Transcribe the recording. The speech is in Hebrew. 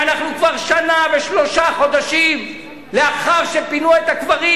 כשאנחנו כבר שנה ושלושה חודשים לאחר שפינו את הקברים.